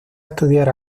estudiar